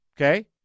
Okay